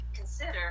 consider